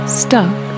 stuck